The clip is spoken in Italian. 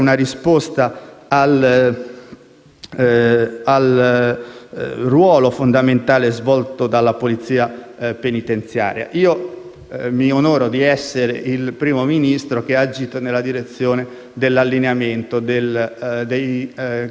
al ruolo fondamentale svolto dalla polizia penitenziaria. Io mi onoro di essere il primo Ministro ad aver agito nella direzione dell'allineamento delle carriere del Corpo della polizia penitenziaria